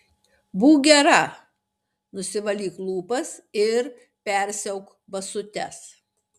būk gera nusivalyk lūpas ir persiauk basutes